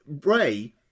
Ray